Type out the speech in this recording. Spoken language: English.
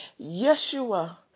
Yeshua